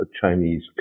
Chinese